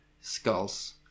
skulls